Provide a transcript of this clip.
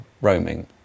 roaming